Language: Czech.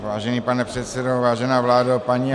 Vážený pane předsedo, vážená vládo, paní a pánové